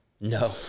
No